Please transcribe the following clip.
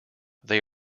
they